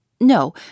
No